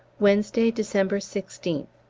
wednesday, december sixteenth.